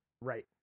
Right